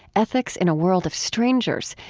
ethics in a world of strangers,